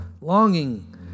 Longing